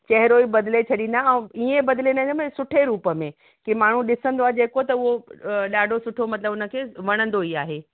चहरो ई बदले छॾींदा ऐं इअं बदले छॾींदा मतलबु सुठे रुप में कि माण्हू ॾिसंदो आहे जेको त उहो ॾाढो सुठो मतलबु हुनखे वणंदो ई आहे